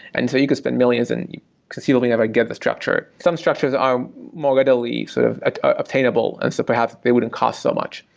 and so you could spend millions and conceivably never get the structure. some structures are more readily sort of ah obtainable. and so perhaps they wouldn't cost so much.